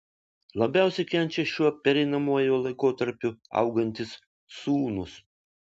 labiausiai kenčia šiuo pereinamuoju laikotarpiu augantys sūnūs